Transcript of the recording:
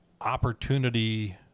opportunity